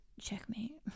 checkmate